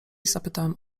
zapytałem